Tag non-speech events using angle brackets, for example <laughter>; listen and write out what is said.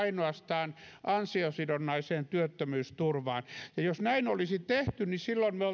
ainoastaan ansiosidonnaiseen työttömyysturvaan ja jos näin olisi tehty niin silloin me <unintelligible>